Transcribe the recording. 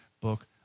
book